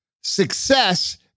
Success